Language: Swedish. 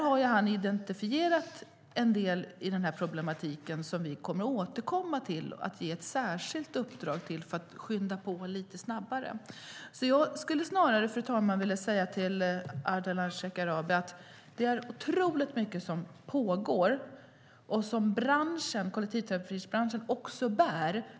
Han har identifierat en del i problematiken som vi kommer att återkomma till och kommer att ge ett särskilt uppdrag om för att skynda på så att det går lite snabbare. Jag skulle snarare, fru talman, vilja säga till Ardalan Shekarabi att det är otroligt mycket som pågår och som även kollektivtrafikbranschen bär.